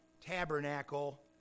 tabernacle